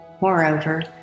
Moreover